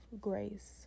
grace